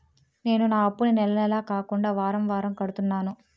నేను నా అప్పుని నెల నెల కాకుండా వారం వారం కడుతున్నాను